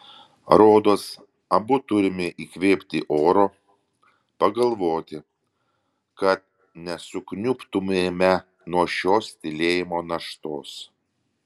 rodos abu turime įkvėpti oro pagalvoti kad nesukniubtumėme nuo šios tylėjimo naštos